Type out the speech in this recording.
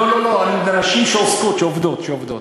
לא לא לא, מהנשים שעוסקות, שעובדות.